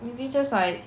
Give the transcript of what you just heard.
maybe just like